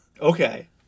Okay